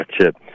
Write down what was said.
chip